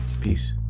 Peace